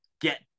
get